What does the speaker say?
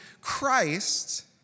Christ